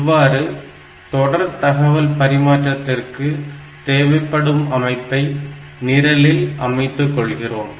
இவ்வாறு தொடர் தகவல் பரிமாற்றத்திற்கு தேவைப்படும் அமைப்பை நிரலில் அமைத்து கொள்கிறோம்